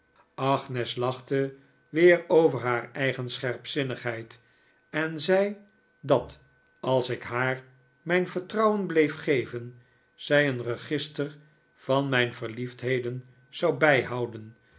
agnes lachte weer over haar eigen scherpzinnigheid en zei dat als ik haar mijn vertrouwen bleef geven zij een register van mijn verliefdheden zou bijhouden